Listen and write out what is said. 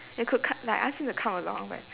you could com~ like ask him to come along but